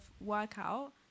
workout